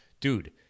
Dude